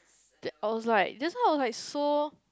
th~ I was like just now when I saw